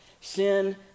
Sin